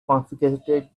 confiscated